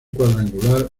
cuadrangular